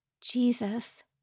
Jesus